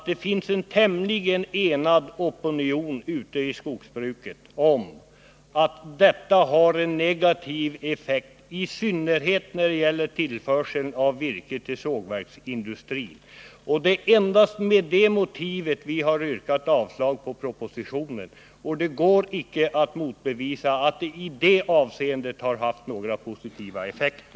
Det finns nämligen en ganska enad opinion ute i skogsbruken om att detta stöd har negativa effekter i synnerhet när det gäller tillförseln av virke till sågverksindustrin. Det är endast med den motiveringen som vi yrkat avslag på propositionen. Och det går inte att motbevisa att stödet i det här avseendet inte har haft några positiva effekter.